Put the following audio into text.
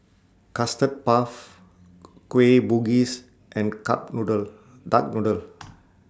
Custard Puff Kueh Bugis and Noodle Duck Noodle